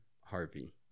Harvey